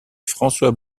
françois